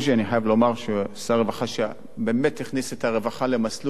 אני חייב לומר שהוא היה שר רווחה שבאמת הכניס את הרווחה למסלול,